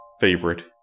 favorite